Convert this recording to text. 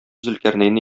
зөлкарнәйне